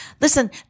Listen